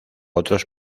otros